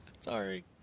Sorry